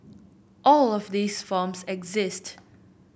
all of these forms exist